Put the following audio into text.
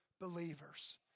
believers